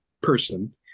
person